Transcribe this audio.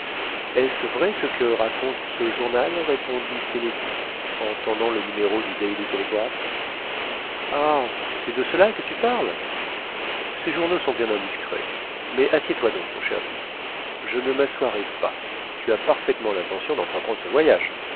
est-ce vrai ce que raconte ce journal répondit kennedy en tendant le numéro du daily telegraph ah c'est de cela que tu parles ces journaux sont bien indiscrets mais asseois toi donc mon cher dick je ne m'asseoirai pas tu as parfaitement l'intention d'entreprendre ce voyage